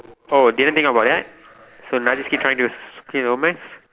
oh didn't think about that so now you just keep trying to clear your own mess